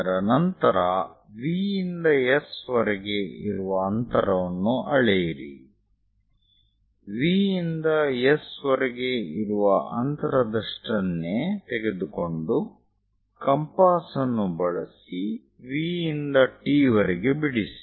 ಅದರ ನಂತರ V ಯಿಂದ S ವರೆಗೆ ಇರುವ ಅಂತರವನ್ನು ಅಳೆಯಿರಿ V ಯಿಂದ S ವರೆಗೆ ಇರುವ ಅಂತರದಷ್ಟನ್ನೇ ತೆಗೆದುಕೊಂಡು ಕಂಪಾಸ್ ಅನ್ನು ಬಳಸಿ V ಯಿಂದ T ವರೆಗೆ ಬಿಡಿಸಿ